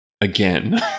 again